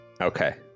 Okay